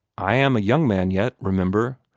i am a young man yet, remember.